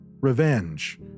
Revenge